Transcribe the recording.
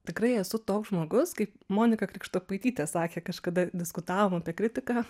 tikrai esu toks žmogus kaip monika krikštopaitytė sakė kažkada diskutavom apie kritiką